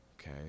okay